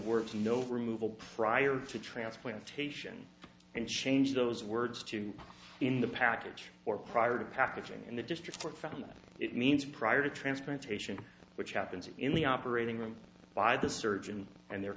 words no removal prior to transplant taishan and change those words to in the package or prior to packaging and the district court found that it means prior to transportation which happens in the operating room by the surgeon and there